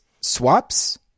swaps